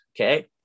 Okay